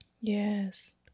Yes